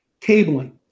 cabling